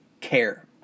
care